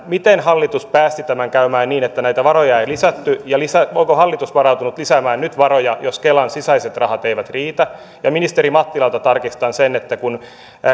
miten hallitus päästi tämän käymään niin että näitä varoja ei lisätty ja onko hallitus varautunut lisäämään nyt varoja jos kelan sisäiset rahat eivät riitä ministeri mattilalta tarkistan sen että kun